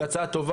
היא הצעה טובה.